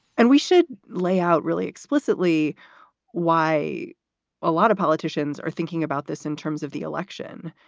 and we should lay out really explicitly why a lot of politicians are thinking about this in terms of the election,